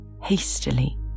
hastily